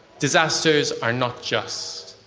disasters are not just.